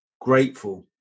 grateful